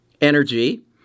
energy